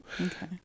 Okay